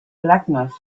blackness